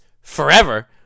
forever